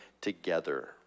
together